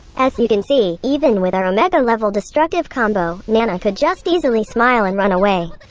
as you can see, even with our omega-level destructive combo, nana could just easily smile and run away.